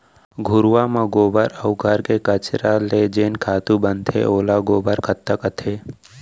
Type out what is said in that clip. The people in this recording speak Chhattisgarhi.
घुरूवा म गोबर अउ घर के कचरा ले जेन खातू बनथे ओला गोबर खत्ता कथें